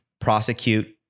prosecute